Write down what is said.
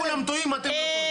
כולם מטעים, אתם לא טועים.